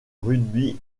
rugby